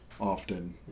often